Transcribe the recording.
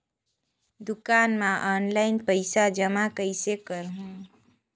दुकान म ऑनलाइन पइसा जमा कइसे करहु?